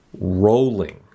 Rolling